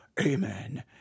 Amen